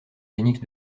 genix